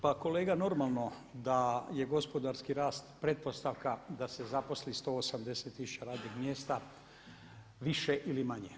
Pa kolega normalno da je gospodarski rast pretpostavka da se zaposli 180 tisuća radnih mjesta više ili manje.